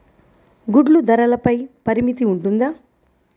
గుడ్లు ధరల పై పరిమితి ఉంటుందా?